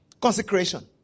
consecration